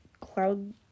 Cloud